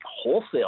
wholesale